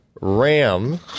RAM